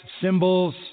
symbols